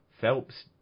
Phelps